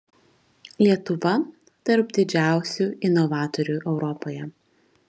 lietuva tarp didžiausių inovatorių europoje